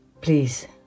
please